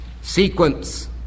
sequence